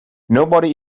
nobody